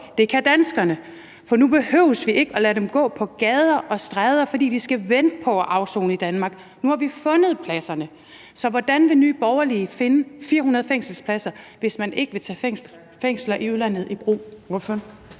det kan danskerne. For nu behøver vi ikke at lade dem gå på gader og stræder, fordi de skal vente på at afsone i Danmark. Nu har vi fundet pladserne. Så hvordan vil Nye Borgerlige finde 400 fængselspladser, hvis man ikke vil tage fængsler i udlandet i brug?